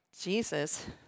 Jesus